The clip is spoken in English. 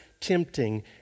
tempting